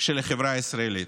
של החברה הישראלית: